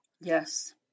Yes